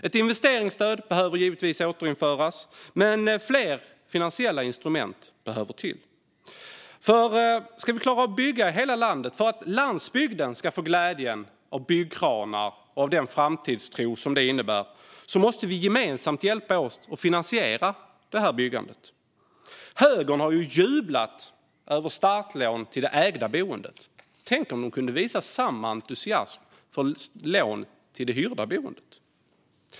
Ett investeringsstöd behöver givetvis återinföras, men fler finansiella instrument behöver komma till. För att vi ska klara att bygga i hela landet och för att landsbygden ska få glädjen av byggkranar och den framtidstro som de innebär måste vi gemensamt hjälpas åt att finansiera detta byggande. Högern har ju jublat över startlån till det ägda boendet - tänk om de kunde visa samma entusiasm för lån till det hyrda boendet.